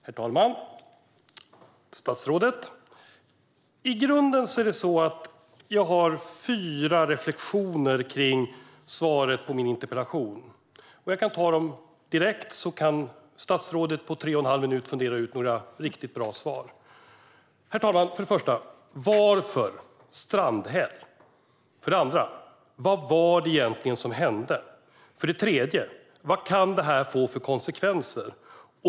Herr talman! Statsrådet! I grunden har jag fyra reflektioner kring svaret på min interpellation. Jag kan ta dem direkt, så kan statsrådet på tre och en halv minut fundera ut några riktigt bra svar. Herr talman! För det första: Varför Strandhäll? För det andra: Vad var det egentligen som hände? För det tredje: Vad kan detta få för konsekvenser?